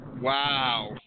Wow